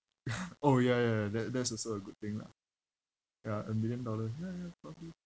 orh ya ya ya that that's also a good thing lah ya a million dollar ya ya probably